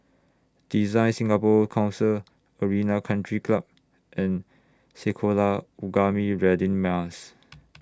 Design Singapore Council Arena Country Club and Sekolah Ugama Radin Mas